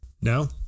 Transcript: No